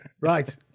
Right